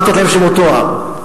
לתת להם שמות תואר,